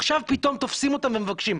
עכשיו פתאום תופסים אותם ומבקשים.